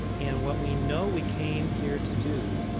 and what we know we came here to do,